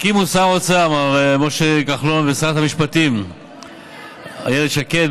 הקימו שר האוצר משה כחלון ושרת המשפטים איילת שקד,